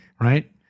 right